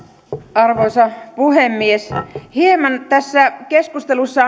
arvoisa puhemies hieman tässä keskustelussa